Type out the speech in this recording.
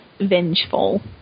vengeful